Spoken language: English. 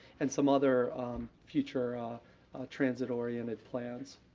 and some other future transit-oriented plans.